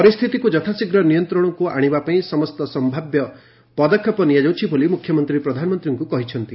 ପରିସ୍ଥିତିକୁ ଯଥାଶୀଘ୍ର ନିୟନ୍ତ୍ରଣକୁ ଆଣିବା ପାଇଁ ସମସ୍ତ ସନ୍ତାବ୍ୟ ପଦକ୍ଷେପ ନିଆଯାଉଛି ବୋଲି ମୁଖ୍ୟମନ୍ତ୍ରୀ ପ୍ରଧାନମନ୍ତ୍ରୀଙ୍କୁ କହିଛନ୍ତି